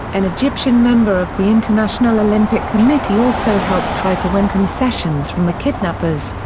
an egyptian member of the international olympic committee also helped try to win concessions from the kidnappers,